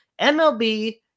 MLB